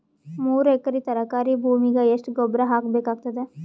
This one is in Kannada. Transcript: ಮೂರು ಎಕರಿ ತರಕಾರಿ ಭೂಮಿಗ ಎಷ್ಟ ಗೊಬ್ಬರ ಹಾಕ್ ಬೇಕಾಗತದ?